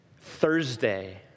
Thursday